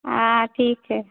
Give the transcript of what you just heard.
हाँ ठीक है